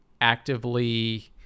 actively